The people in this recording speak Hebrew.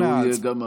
והוא יהיה גם הסיום.